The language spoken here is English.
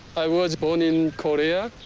i was born in korea.